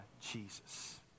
Jesus